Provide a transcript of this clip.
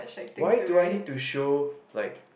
why do I need to show like